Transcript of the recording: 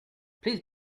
please